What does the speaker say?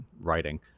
writing